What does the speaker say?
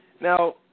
now